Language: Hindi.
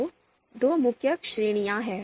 तो दो मुख्य श्रेणियां हैं